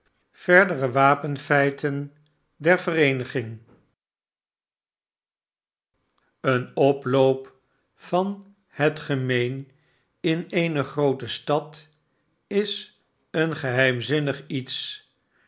verdere wapenfeiten der vereeniging een oploop van het gemeen in eene groote stad is een geheimzinnig ietsniemand